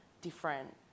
different